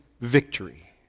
victory